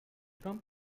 trump